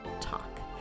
talk